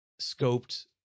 scoped